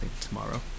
tomorrow